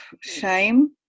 shame